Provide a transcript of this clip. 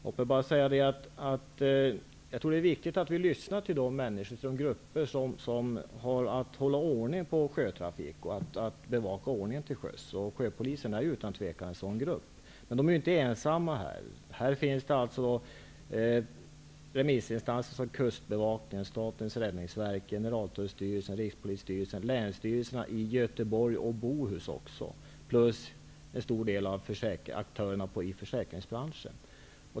Jag tror att det är viktigt att vi lyssnar till de grupper av människor som har att hålla ordning på sjötrafik och bevaka ordningen till sjöss. Sjöpolisen är utan tvivel en sådan grupp. Men de är inte ensamma. Här finns remissinstanser som Kustbevakningen, Bohus län samt en stor del av aktörerna i försäkringsbranschen.